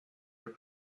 who